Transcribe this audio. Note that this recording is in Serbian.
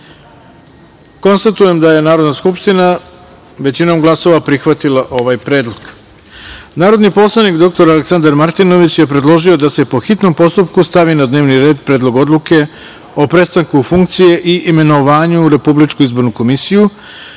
glasalo. Konstatujem da je Narodna skupština većinom glasova prihvatila ovaj predlog. Narodni poslanik dr Aleksandar Martinović je predložio da se po hitnom postupku stavi na dnevni red Predlog odluke o prestanku funkcije i imenovanju u Republičku izbornu komisiju,